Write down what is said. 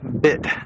bit